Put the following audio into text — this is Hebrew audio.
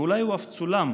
ואולי הוא אף צולם.